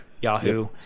Yahoo